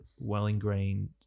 well-ingrained